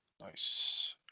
Nice